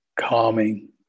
calming